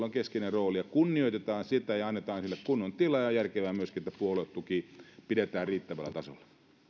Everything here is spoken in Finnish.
on keskeinen rooli ja kunnioitetaan sitä ja annetaan sille kunnon tila ja on järkevää myöskin että puoluetuki pidetään riittävällä tasolla